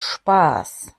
spaß